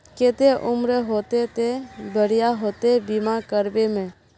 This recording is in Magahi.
केते उम्र होते ते बढ़िया होते बीमा करबे में?